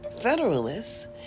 federalists